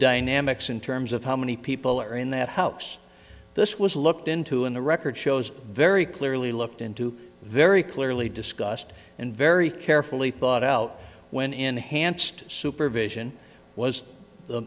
dynamics in terms of how many people are in that house this was looked into and the record shows very clearly looked into very clear we discussed and very carefully thought out when enhanced supervision was the